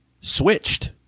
switched